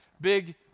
big